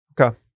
okay